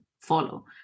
follow